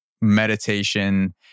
meditation